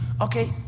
okay